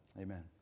Amen